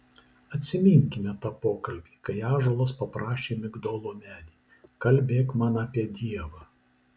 atsiminkime tą pokalbį kai ąžuolas paprašė migdolo medį kalbėk man apie dievą